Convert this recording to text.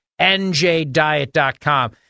NJDiet.com